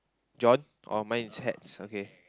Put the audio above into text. John oh my is hats okay